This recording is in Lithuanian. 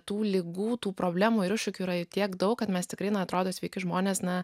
tų ligų tų problemų ir iššūkių yra tiek daug kad mes tikrai atrodo sveiki žmonės na